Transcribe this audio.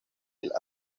del